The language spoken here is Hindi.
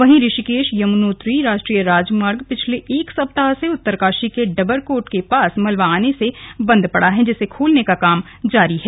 वहीं ऋषिकेश यमुनोत्री राष्ट्रीय राजमार्ग पिछले एक सप्ताह से उत्तरकाशी के डाबरकोट के पास मलवा आने से बंद पड़ा है जिसे खोलने का काम जारी है